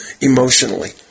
emotionally